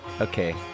okay